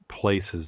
places